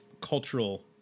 cultural